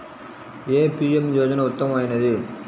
ఏ PM యోజన ఉత్తమమైనది?